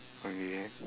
okay